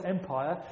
empire